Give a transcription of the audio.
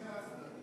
לשני הצדדים